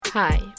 Hi